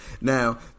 Now